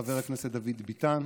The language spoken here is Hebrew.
חבר הכנסת דוד ביטן,